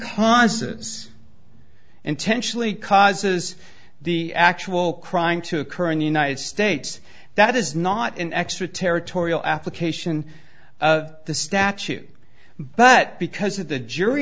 conses intentionally causes the actual crime to occur in the united states that is not an extra territorial application of the statute but because of the jury